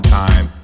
time